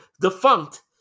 defunct